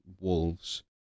Wolves